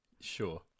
Sure